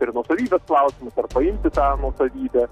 ir nuosavybės klausimus ar paimti tą nuosavybę